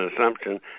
assumption